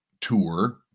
tour